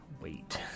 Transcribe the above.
Wait